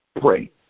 pray